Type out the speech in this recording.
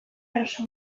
arrosa